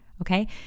okay